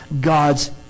God's